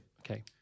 Okay